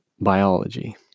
biology